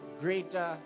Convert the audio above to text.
greater